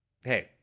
hey